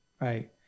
right